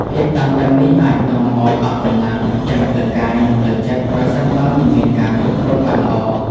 ភាពតានតឹងនេះអាចនាំឱ្យអស់កម្លាំងទាំងផ្លូវកាយ និងផ្លូវចិត្ត ប្រសិនបើមិនមានការគ្រប់គ្រងបានល្អ។